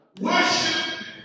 Worship